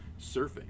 surfing